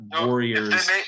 warriors